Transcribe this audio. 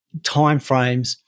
timeframes